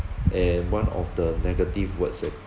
and one of the negative words that